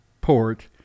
port